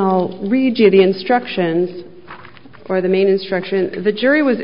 all regia the instructions or the main instruction the jury was